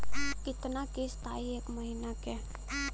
कितना किस्त आई एक महीना के?